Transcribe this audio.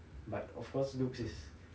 but of course looks is